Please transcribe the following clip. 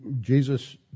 Jesus